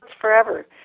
forever